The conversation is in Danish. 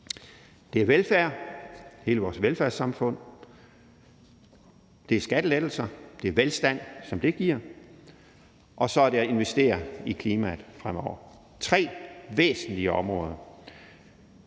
Det er velfærd og hele vores velfærdssamfund, det er skattelettelser og den velstand, som det giver, og så er det at investere i klimaet fremover. Det er tre væsentlige områder.